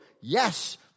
yes